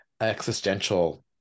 existential